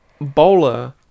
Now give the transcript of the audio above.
bowler